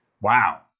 Wow